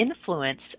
influence